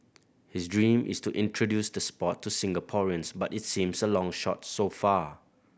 his dream is to introduce the sport to Singaporeans but its seems a long shot so far